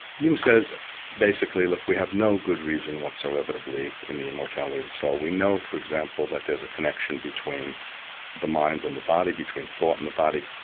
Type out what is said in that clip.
hume says basically, look, we have no good reason whatsoever to believe in immortality of the soul. we know for example that there's a connection between the mind and the body, between thought and the body.